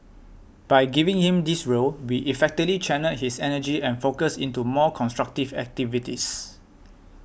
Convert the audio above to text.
by giving him this role we effectively channelled his energy and focus into more constructive activities